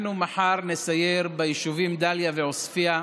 אנחנו מחר נסייר ביישובים דאלית אל-כרמל-עוספיא,